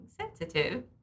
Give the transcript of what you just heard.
sensitive